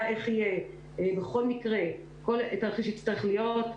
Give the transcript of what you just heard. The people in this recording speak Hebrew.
בכל מקרה תרחיש יצטרך להיות,